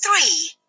Three